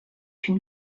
une